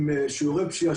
עם שיעורי פשיעה,